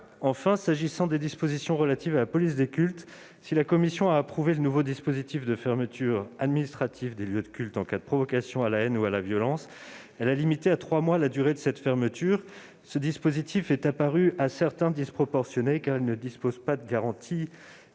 Enfin, s'agissant des dispositions relatives à la police des cultes, si la commission a approuvé le nouveau dispositif de fermeture administrative des lieux de culte en cas de provocation à la haine ou à la violence, elle a limité à trois mois la durée de cette fermeture. Ce dispositif est apparu disproportionné à certains, car il n'est pas assorti de garanties